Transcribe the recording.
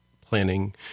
planning